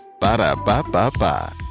Ba-da-ba-ba-ba